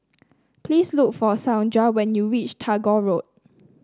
please look for Saundra when you reach Tagore Road